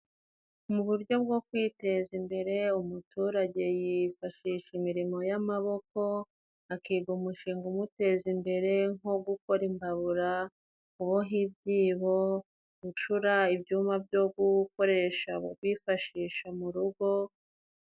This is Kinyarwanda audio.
Mu buryo bwo kwiteza imbere, umuturage yifashisha imirimo y'amaboko, akiga umushinga umuteza imbere nko gukora imbabura, kuboha ibyibo, gucura ibyuma byo gukoresha no kwifashisha mu rugo.